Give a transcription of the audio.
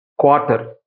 quarter